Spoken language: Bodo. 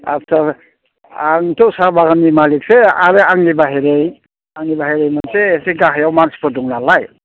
आदसा आंथ' साहा बागाननि मालिखसो आरो आंनि बाहिरै आंनि बाहिरै मोनसे एसे गाहायाव मानसिफोर दं नालाय